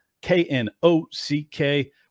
K-N-O-C-K